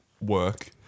work